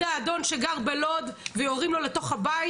האדון שגר בלוד ויורים לו לתוך הבית.